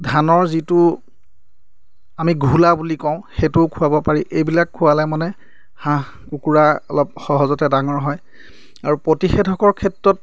ধানৰ যিটো আমি ঘোলা বুলি কওঁ সেইটোও খুৱাব পাৰি এইবিলাক খোৱালে মানে হাঁহ কুকুৰা অলপ সহজতে ডাঙৰ হয় আৰু প্ৰতিষেধকৰ ক্ষেত্ৰত